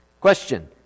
Question